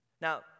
Now